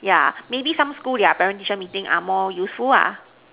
yeah maybe some school their parent teacher meeting are more useful ah